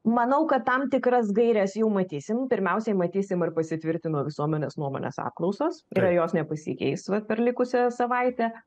manau kad tam tikras gaires jau matysim pirmiausiai matysim ar pasitvirtino visuomenės nuomonės apklausos tai yra jos nepasikeis vat per likusią savaitę